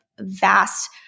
vast